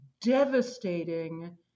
devastating